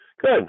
Good